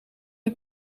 een